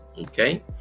Okay